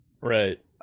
Right